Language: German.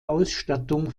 ausstattung